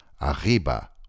arriba